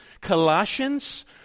Colossians